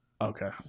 Okay